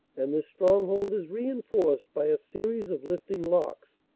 and this stronghold is reinforced by a series of lifting locks,